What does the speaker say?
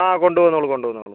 ആ കൊണ്ട് വന്നോളൂ കൊണ്ട് വന്നോളൂ